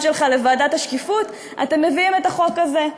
שלך לוועדת השקיפות אתם מביאים את החוק הזה,